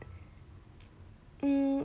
mm